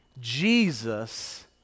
Jesus